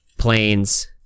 planes